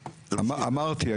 אמרתי,